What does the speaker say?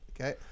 Okay